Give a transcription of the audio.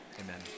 Amen